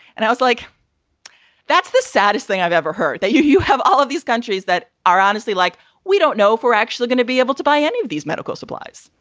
and i was like that's the saddest thing i've ever heard. you you have all of these countries that are honestly like we don't know if we're actually going to be able to buy any of these medical supplies.